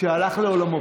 שהלך לעולמו.